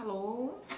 hello